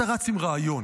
אתה רץ עם רעיון,